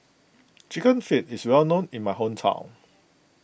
Chicken Feet is well known in my hometown